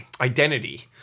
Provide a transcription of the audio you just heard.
Identity